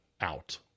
out